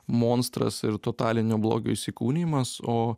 monstras ir totalinio blogio įsikūnijimas o